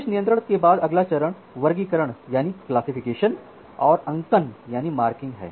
प्रवेश नियंत्रण होने के बाद अगला चरण वर्गीकरण और अंकन है